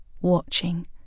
watching